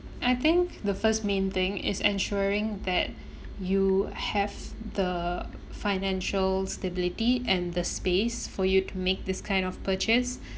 I think the first main thing is ensuring that you have the financial stability and the space for you to make this kind of purchase